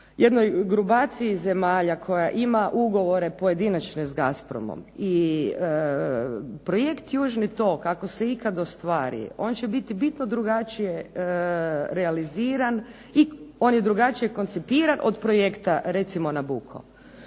jednoj grupaciji zemalja koje imaju ugovore pojedinačne s Gazpromom i projekt Južni tok ako se ikada ostvari, on će biti bitno drugačije realiziran i on je drugačije koncipiran recimo od projekta Nabucco.